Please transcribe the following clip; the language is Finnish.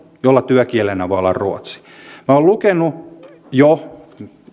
jolla työkielenä voi olla ruotsi minä olen lukenut jo